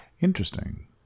Interesting